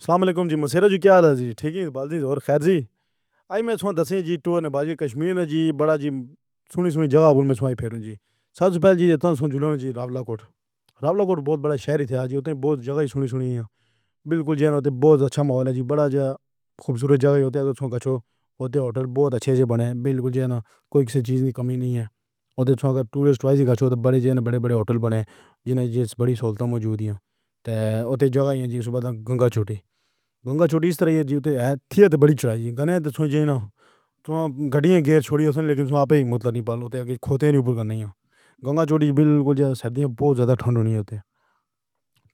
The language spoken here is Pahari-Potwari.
سلام علیکم جی مسیح جی کیا حال ہے جی، ٹھیک ہے جی تے خیر جی، آج میں تہانوں دساں جی ٹور نمبر اک کشمیر وچ جی، وڈا جی سنئی سنئی تھاںواں تے میں سوِنگ پھرساں۔ سبھ توں پہلے جیہڑا سنجو لوں جی راولا کوٹ۔ راولا کوٹ بہت وڈا شہر ہے جی، بہت تھاں سنیا سنایا اے۔ بالکل جیویں بہت چنگا ماحول ہے جی وڈا خُوبصورت۔ تھاں ہوندے نیں۔ تاں چھوڑو اوہ تاں ہوٹل بہت چنگیاں بنیاں نیں۔ بالکل یانے کوئی چیز دی کمی نئیں تے ٹورسٹ ویسی کجھ تاں وڈے وڈے وڈے ہوٹل بنے ہوئے نیں جیہڑے وڈیاں سہولتاں موجود نیں۔ تاں اوتھے تھاں ہی گنگا چوٹی، گنگا چوٹی ایس طرح جیہدی سی تاں وڈی چڑھائی کرنی چھڈیاں گڈیاں گھر چھڈیاں پر سواݨیاں مُڈراں نپاہ ہوندے نیں۔ اگے کھوٹے نئیں اوہ گنگا چوٹی بالکل شادیاں بہت زیادہ ٹھنڈ ہوندی اے۔